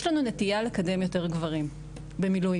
יש לנו נטייה לקדם יותר גברים במילואים.